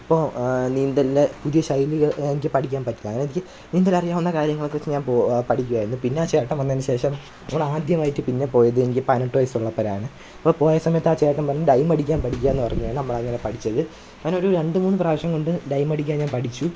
അപ്പോൾ നീന്തലിൽ പുതിയ ശൈലി എനിക്ക് പഠിക്കാന് പറ്റി അങ്ങെനിക്ക് നീന്തല് അറിയാവുന്ന കാര്യങ്ങളൊക്കെ ചെയ്യാന് പോകും പഠിക്കുവായിരുന്നു പിന്നെ ആ ചേട്ടന് വന്നതിനു ശേഷം നമ്മൾ ആദ്യമായിട്ട് പിന്നെ പോയത് എനിക്ക് പതിനെട്ടു വയസ്സുള്ളപ്പോഴാണ് അപ്പോൾ പോയ സമയത്ത് ആ ചേട്ടന് പറഞ്ഞു ഡൈമടിക്കാന് പഠിക്കാം എന്നു പറഞ്ഞു നമ്മള് അങ്ങനെ പഠിച്ചത് അങ്ങനെ ഒരു രണ്ടുമൂന്നു പ്രാവശ്യം കൊണ്ട് ഡൈമടിക്കാന് പഠിച്ചു